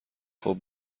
خوب